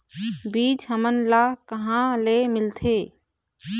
बीज हमन ला कहां ले मिलथे?